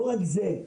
לא רק זה,